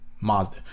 Mazda